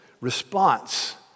response